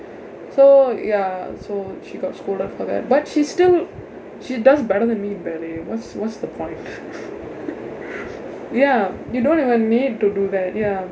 so ya so she got scolded for that but she's still she does better than me in ballet what's what's the point ya you don't even need to do that ya